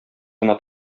гына